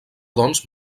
doncs